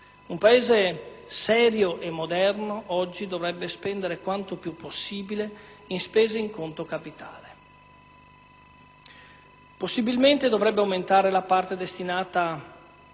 un Paese serio e moderno oggi dovrebbe spendere quanto più possibile in spese in conto capitale. Possibilmente dovrebbe aumentare la parte destinata